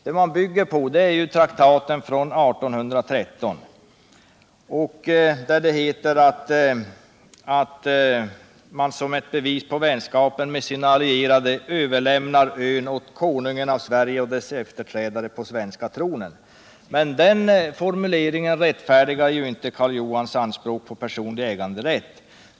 Det som den bygger på är traktaten från år 1813, där det heter att man som ett bevis på vänskapen med sinaallierade överlämnar ön åt konungen av Sverige och dess efterträdare på den svenska tronen. Men den formuleringen berättigar ju inte Karl Johans anspråk på personlig äganderätt!